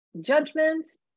judgments